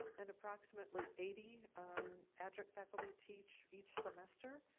and approximately eighty adjunct faculty teach each semester.